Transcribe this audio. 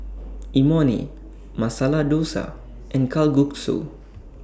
Imoni Masala Dosa and Kalguksu